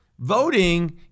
voting